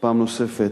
פעם נוספת,